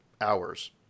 hours